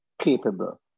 capable